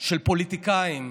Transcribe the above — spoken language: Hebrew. של פוליטיקאים,